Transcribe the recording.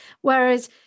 whereas